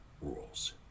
rules